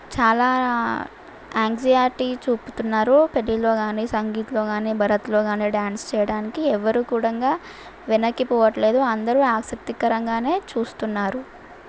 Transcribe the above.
చాలా యాంగ్జైటీ చూపుతున్నారు పెళ్ళిలో కానీ సంగీత్లో కానీ బారత్లో కానీ డాన్స్ చేయడానికి ఎవరు కూడా వెనక్కి పోవట్లేదు అందరూ ఆసక్తికరంగానే చూస్తున్నారు